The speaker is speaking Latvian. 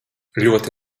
ļoti